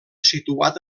situat